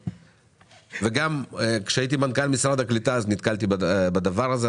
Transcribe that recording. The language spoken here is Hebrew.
וגם כשהייתי מנכ"ל משרד הקליטה נתקלתי בדבר הזה,